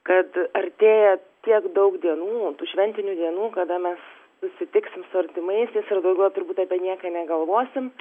kad artėja tiek daug dienų šventinių dienų kada mes susitiksim su artimaisiais ir daugiau turbūt apie nieką negalvosim